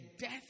death